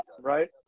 right